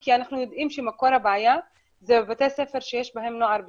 כי אנו יודעים שמקור הבעיה הוא בתי הספר שיש בהם נוער בסיכון.